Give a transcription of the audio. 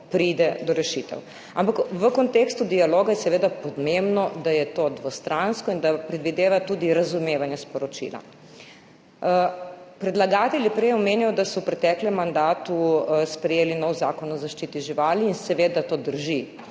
pride do rešitev, ampak, v kontekstu dialoga je seveda pomembno, da je to dvostransko in da predvideva tudi razumevanje sporočila. Predlagatelj je prej omenjal, da so v preteklem mandatu sprejeli nov Zakon o zaščiti živali in seveda to drži.